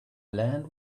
land